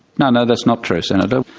no, no, that's not true, senator.